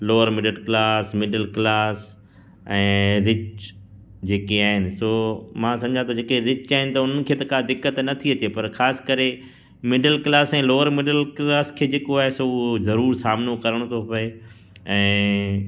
lawyer middle class middle class ऐं rich जेके आहिनि सो मां सम्झा थो जेके रिच आहिनि त उन्हनि खे त का दिक़त नथी अचे पर ख़ासि करे मिडल क्लास ऐं लॉअर मिडल क्लास खे जेको आहे सो उहो ज़रूर सामिनो करिणो थो पए ऐं